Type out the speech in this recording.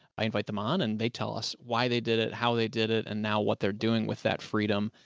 i invite them on and they tell us why they did it, how they did it, and now what they're doing with that freedom.